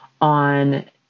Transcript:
on